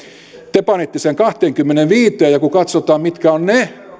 te panitte sen kahteenkymmeneenviiteen ja kun katsotaan mitkä ovat ne